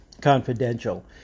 confidential